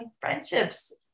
friendships